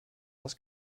das